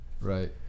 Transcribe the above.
Right